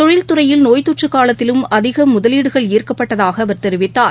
தொழில்துறையில் நோய் தொற்றுக் காலத்திலும் அதிகமுதலீடுகள் ஈர்க்கப்பட்டதாகஅவர் தெரிவித்தார்